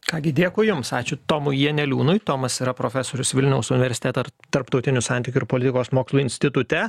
ką gi dėkui jums ačiū tomui janeliūnui tomas yra profesorius vilniaus universiteto ir tarptautinių santykių ir politikos mokslų institute